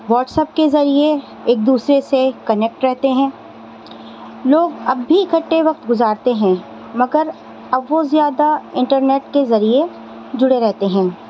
WhatsApp کے ذریعے ایک دوسرے سے کنیکٹ رہتے ہیں لوگ اب بھی اکھٹے وقت گزارتے ہیں مگر اب وہ زیادہ انٹرنیٹ کے ذریعے جڑے رہتے ہیں